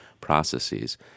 processes